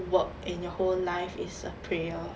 work and your whole life is a prayer